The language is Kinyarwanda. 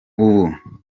ubu